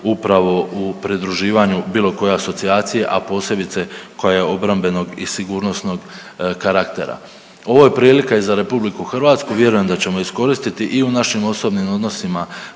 upravo u pridruživanju bilo koje asocijacije, a posebice koja je obrambenog i sigurnosnog karaktera. Ovo je prilika i za RH, vjerujem da ćemo je iskoristiti i u našim osobnim odnosima